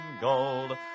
gold